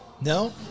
No